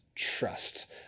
trust